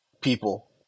people